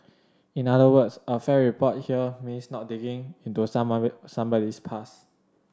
in other words a fair report here means not digging into somebody's past